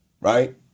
right